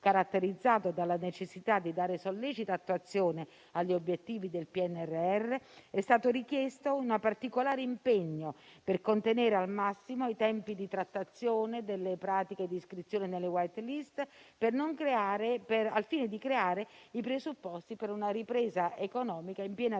caratterizzato dalla necessità di dare sollecita attuazione agli obiettivi del PNRR, è stato richiesto un particolare impegno per contenere al massimo i tempi di trattazione delle pratiche di iscrizione nelle *white* *list*, al fine di creare i presupposti per una ripresa economica in piena